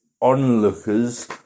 onlookers